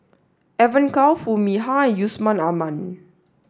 Evon Kow Foo Mee Har and Yusman Aman